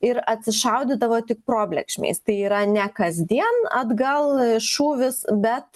ir atsišaudydavo tik probėlkšmais tai yra ne kasdien atgal šūvis bet